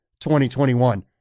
2021